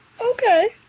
okay